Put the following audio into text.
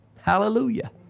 Hallelujah